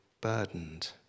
burdened